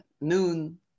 noon